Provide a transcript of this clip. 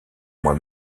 moi